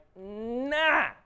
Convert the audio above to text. nah